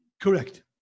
Correct